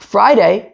Friday